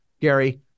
Gary